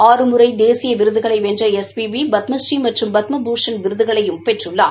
ஆறு முறை தேசிய விருதுகளை வென்ற எஸ் பி பி பத்மழநீ மற்றம் பத்ம பூஷன் விருதுகளையும் பெற்றுள்ளார்